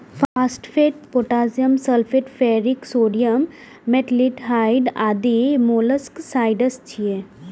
phosphate, potassium sulphate, ferric sodium, metaldehyde आदि molluscicides छियै